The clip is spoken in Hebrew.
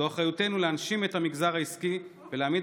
זו אחריותנו להנשים את המגזר העסקי ולהעמיד